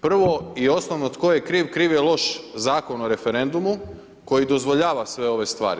Prvo i osnovno tko je kriv, kriv je loš Zakon o referendumu koji dozvoljava sve ove stvari.